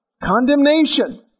Condemnation